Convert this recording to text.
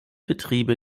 betriebe